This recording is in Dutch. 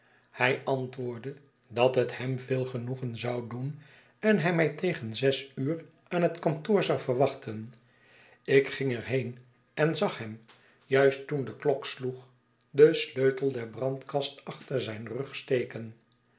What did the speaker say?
hij antwoordde dat het hem veel genoegen zou doen en hij mij tegen zes uur aan het kantoor zou verwachten ik ging er heen en zag hem juist toen de klok sloeg den sleutel der brandkast achter zijn rug steken